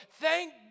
Thank